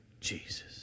Jesus